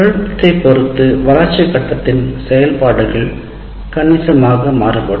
தொழில்நுட்பத்தைப் பொறுத்து வளர்ச்சி கட்டத்தின் செயல்பாடுகள் கணிசமாக மாறுபடும்